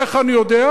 איך אני יודע?